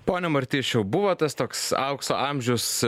pone martišiau buvo tas toks aukso amžius